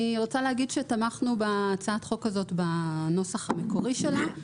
תמכנו בהצעת החוק הזה בנוסח המקורי שלה,